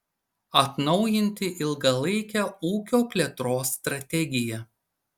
atnaujinti ilgalaikę ūkio plėtros strategiją